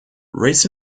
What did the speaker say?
race